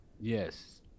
Yes